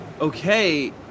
okay